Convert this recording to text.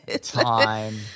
time